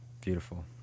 Beautiful